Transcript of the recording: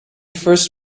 first